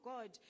God